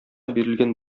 бирелгән